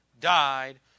died